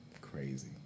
Crazy